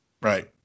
Right